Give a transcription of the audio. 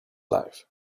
life